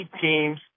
teams